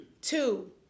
Two